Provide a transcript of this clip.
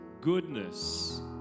goodness